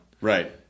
Right